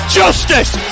justice